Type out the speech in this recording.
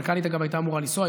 המנכ"לית, אגב, הייתה אמורה לנסוע.